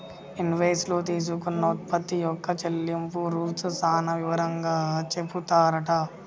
invoice లో తీసుకున్న ఉత్పత్తి యొక్క చెల్లింపు రూల్స్ సాన వివరంగా చెపుతారట